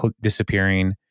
disappearing